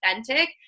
authentic